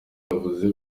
yavuze